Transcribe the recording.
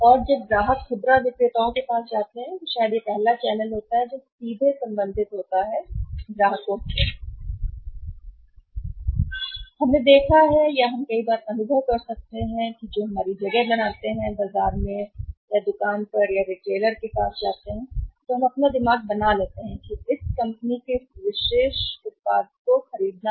और जब ग्राहक खुदरा विक्रेताओं के पास आते हैं तो शायद पहला चैनल होता है जो सीधे संबंधित होता है ग्राहकों हमने देखा है या हम कई बार अनुभव कर सकते हैं जो हमारी जगह बनाते हैं जब आप बाजार में या दुकान पर या रिटेलर के पास जाते हैं तो हम अपना दिमाग बना लेते हैं इस कंपनी के इस विशेष उत्पाद द्वारा